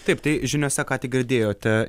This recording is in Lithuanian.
taip tai žiniose ką tik girdėjote